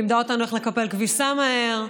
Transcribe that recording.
לימדה אותנו איך לקפל כביסה מהר,